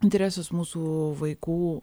interesus mūsų vaikų